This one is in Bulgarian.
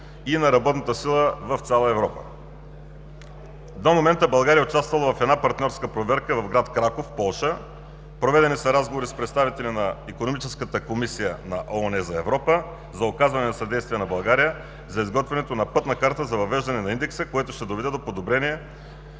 изготвянето на пътна карта за въвеждане на Индекса, което ще доведе до подобрение